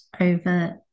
over